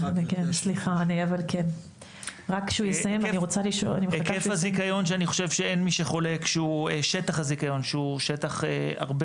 אני חושב שאין מי שחולק שהוא שטח הרבה